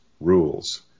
Rules